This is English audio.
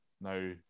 Now